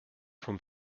vom